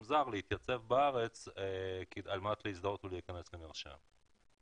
זר להתייצב בארץ על מנת להזדהות ולהיכנס למרשם.